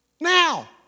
Now